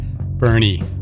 Bernie